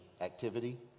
activity